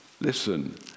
Listen